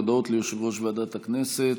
הודעות ליושב-ראש ועדת הכנסת.